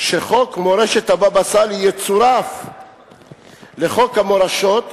שחוק מורשת הבבא סאלי יצורף לחוק המורשות,